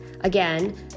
Again